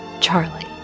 Charlie